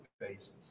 basis